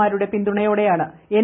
മാരുടെ പിന്തുണയോടെയാണ് എൻ